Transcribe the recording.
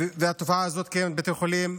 והתופעה הזאת קיימת בבתי חולים.